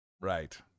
Right